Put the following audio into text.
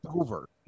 over